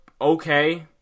okay